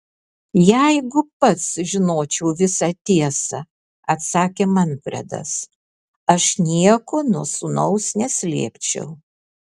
jeigu pats žinočiau visą tiesą atsakė manfredas aš nieko nuo sūnaus neslėpčiau